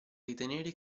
ritenere